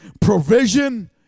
provision